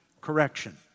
correction